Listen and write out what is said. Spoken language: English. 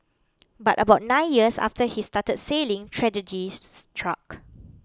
but about nine years after he started sailing tragedy struck